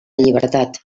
llibertat